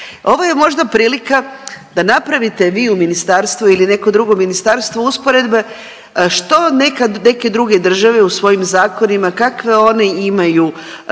Ovo je možda prilika da napravite vi u ministarstvu ili neko drugo ministarstvo usporedbe što nekad neke druge države u svojim zakonima, kakve oni imaju